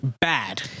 Bad